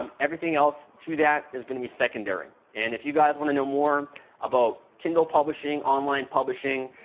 um everything else to that is going to be secondary. and if you guys want to know more about kindle publishing, online publishing,